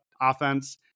offense